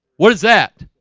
what is that